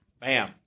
Bam